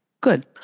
Good